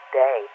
day